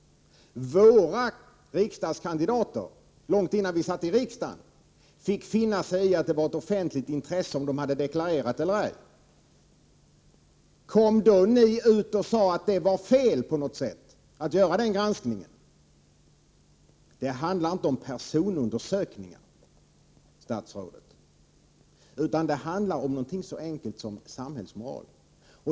Långt innan miljöpartiet satt i riksdagen fick miljöpartiets kandidater finna sig i att det var av offentligt intresse om de hade deklarerat eller ej. Sade ni då att det var fel att göra denna granskning? Det handlar inte om personundersökningar, statsrådet, utan det handlar om något så enkelt som samhällsmoral.